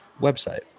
website